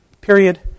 period